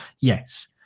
Yes